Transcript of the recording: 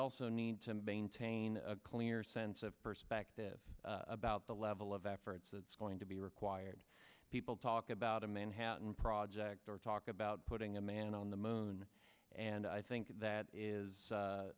also need to maintain a clear sense of perspective about the level of efforts that's going to be required people talk about a manhattan project or talk about putting a man on the moon and i think that is